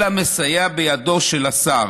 מה שנקרא, אלא מסייע בידו של השר,